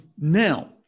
Now